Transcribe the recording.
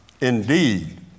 indeed